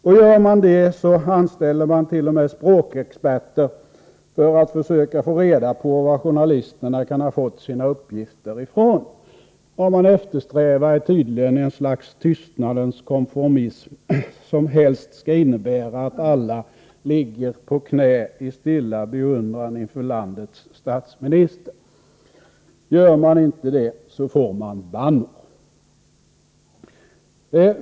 Och gör man det så anställer regeringen t.o.m. språkexperter för att försöka få reda på var journalisterna kan ha fått sina uppgifter från. Vad som eftersträvas är tydligen ett slags tystnadens konformism, som helst skall innebära att alla ligger på knä i stilla beundran för landets statsminister. Gör man inte det så får man bannor.